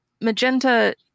magenta